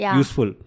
useful